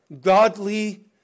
godly